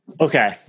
Okay